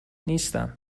نیستم